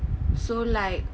so like